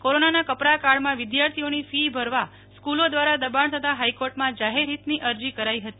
કોરોનાના કપરા કાળમાં વિદ્યાર્થીઓની ફી ભરવા સ્કુલો દ્વારા દબાણ થતા હાઈકોર્ટમાં જાહેર હીતની અરજી કરાઈ હતી